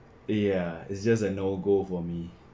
ya it's just a no go for me